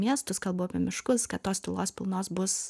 miestus kalbu apie miškus kad tos tylos pilnos bus